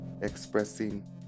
expressing